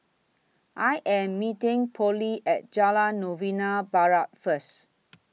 I Am meeting Pollie At Jalan Novena Barat First